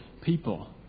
people